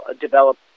develop